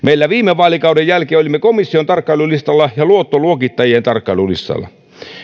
me viime vaalikauden jälkeen olimme komission tarkkailulistalla ja luottoluokittajien tarkkailulistalla